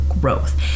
growth